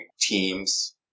teams